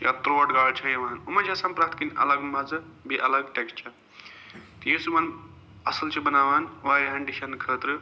یا ترٛوٹ گاڈ چھےٚ یِوان یِمَن چھِ آسان پرٛٮ۪تھ کُنہِ الگ مَزٕ بیٚیہِ الگ ٹٮ۪کٕسچَر تہٕ یُس یِمَن اصٕل چھِ بناوان واریاہَن ڈِشَن خٲطرٕ